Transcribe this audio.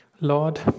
Lord